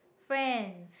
Friends